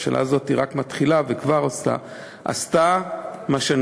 הממשלה הזאת רק מתחילה וכבר עשתה מה שאני